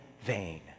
vain